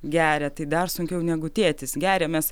geria tai dar sunkiau negu tėtis geria mes